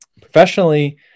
Professionally